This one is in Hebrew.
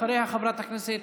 אחריה, חברת הכנסת